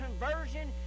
conversion